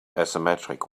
asymmetric